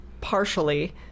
partially